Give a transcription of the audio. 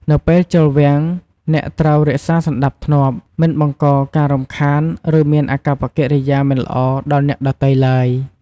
នៅពេលចូលវាំង អ្នកត្រូវរក្សាសណ្តាប់ធ្នាប់ មិនបង្កការរំខានឫមានអាកប្បកិរិយាមិនល្អដល់អ្នកដទៃទ្បើយ។